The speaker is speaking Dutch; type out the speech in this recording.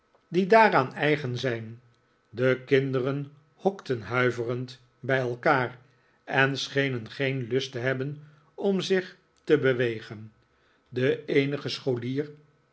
die daaraan eigen zijn de kinderen hokten huiverend bij elkaar en schenen geen lust te hebben om zich te bewegen de eenige scholier